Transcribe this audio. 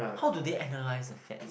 how do they analyze the fats